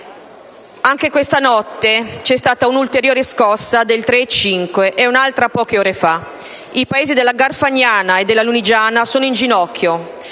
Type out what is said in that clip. Anche questa notte c'è stata un'ulteriore scossa del 3.5, e un'altra poche ore fa. I paesi della Garfagnana e della Lunigiana sono in ginocchio.